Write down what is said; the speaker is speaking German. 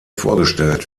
vorgestellt